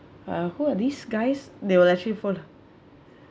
who are these guys they will actually fall